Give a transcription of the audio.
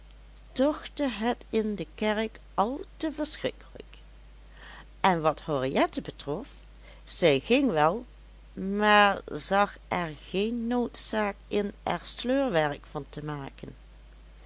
tochtte het in de kerk al te verschrikkelijk en wat henriette betrof zij ging wel maar zag er geen noodzaak in er sleurwerk van te maken